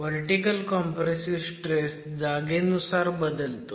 vertical compressive stress जागेनुसार बदलतो